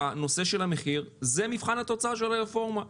הנושא של המחיר זה מבחן התוצאה של הרפורמה.